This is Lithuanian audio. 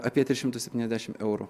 apie tris šimtus septyniasdešim eurų